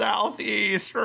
Southeast